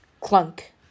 Clunk